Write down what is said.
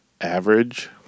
average